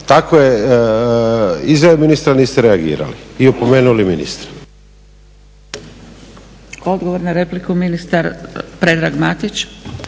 takvu izvedbu ministra niste reagirali i opomenuli ministra.